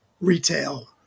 retail